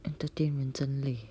entertain 人真累